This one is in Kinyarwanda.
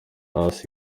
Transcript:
hasi